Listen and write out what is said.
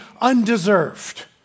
undeserved